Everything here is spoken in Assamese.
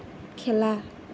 খেলা